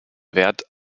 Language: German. wert